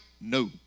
no